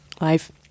life